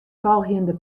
folgjende